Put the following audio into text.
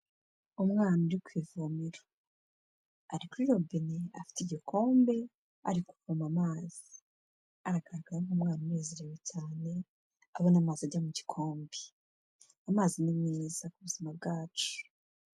Umwana uri ku ivomero, ari kuri robine afite igikombe ari kuvoma amazi, aragaragara nk'umwana unezerewe cyane abona amazi ajya mu gikombe. Amazi ni meza ku buzima bwacu.